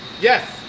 Yes